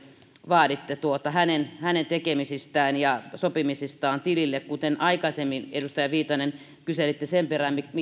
vaaditte hänen hänen tekemisistään ja sopimisistaan tilille kuten aikaisemmin edustaja viitanen kyselitte sen perään